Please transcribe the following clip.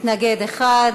מתנגד אחד.